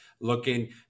looking